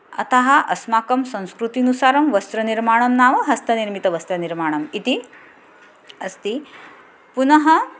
अतः अस्माकं संस्कृतिनुसारं वस्त्रनिर्माणं नाम हस्तनिर्मितवस्त्रं निर्माणम् इति अस्ति पुनः